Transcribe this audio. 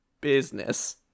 Business